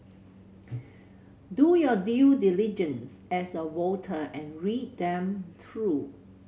do your due diligence as a voter and read them through